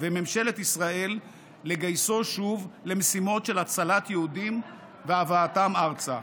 וממשלת ישראל לגייסו שוב למשימות של הצלת יהודים והבאתם ארצה.